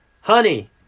honey